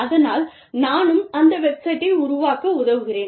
அதனால் நானும் அந்த வெப்சைட்டை உருவாக்க உதவுகிறேன்